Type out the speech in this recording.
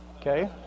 Okay